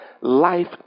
life